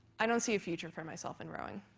i don't see a future for myself in rowing,